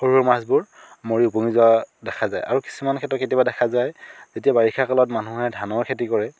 সৰু মাছবোৰ মৰি উপঙি যোৱা দেখা যায় আৰু কিছুমান ক্ষেত্ৰত কেতিয়াবা দেখা যায় যেতিয়া বাৰিষা কালত মানুহে ধানৰ খেতি কৰে